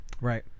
Right